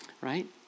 right